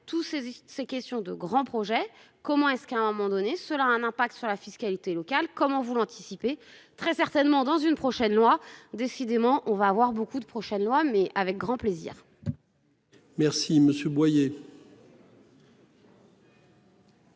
tous ces, ces questions de grands projets. Comment est-ce qu'à un moment donné, cela a un impact sur la fiscalité locale. Comment vous l'anticipez très certainement dans une prochaine loi décidément on va avoir beaucoup de prochaine loi mais avec grand plaisir. Merci monsieur Boyer.